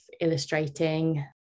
illustrating